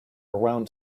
around